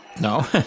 No